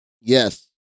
Yes